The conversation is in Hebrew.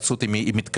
בהיוועצות איתו.